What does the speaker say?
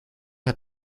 hat